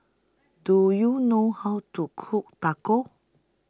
Do YOU know How to Cook Tacos